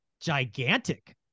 gigantic